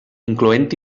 incloent